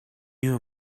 you